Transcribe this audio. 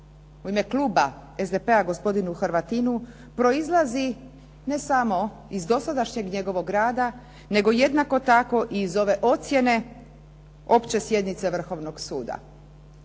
u ime kluba SDP-a gospodinu Hrvatinu proizlazi ne samo iz dosadašnjeg njegovog rada, nego jednako tako i iz ove ocjene opće sjednice Vrhovnog suda.